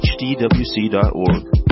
hdwc.org